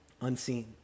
unseen